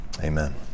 Amen